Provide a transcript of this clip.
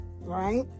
right